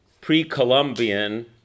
pre-Columbian